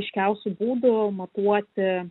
ryškiausių būdų matuoti